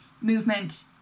movement